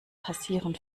passieren